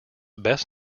best